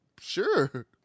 sure